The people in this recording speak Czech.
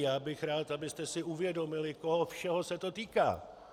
Já bych rád, abyste si uvědomili, koho všeho se to týká.